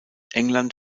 england